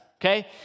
okay